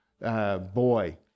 boy